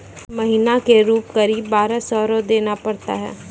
महीना के रूप क़रीब बारह सौ रु देना पड़ता है?